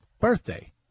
birthday